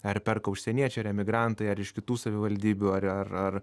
ar perka užsieniečiai ar emigrantai ar iš kitų savivaldybių ar ar ar